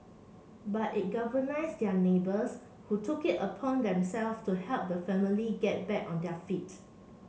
but it galvanised their neighbours who took it upon themself to help the family get back on their feet's